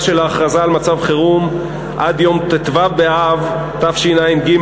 של ההכרזה על מצב חירום עד יום ט"ו באב תשע"ג,